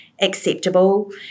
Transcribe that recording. acceptable